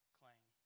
claim